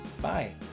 Bye